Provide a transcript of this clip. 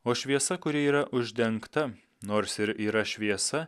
o šviesa kuri yra uždengta nors ir yra šviesa